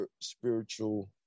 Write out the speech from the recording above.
spiritual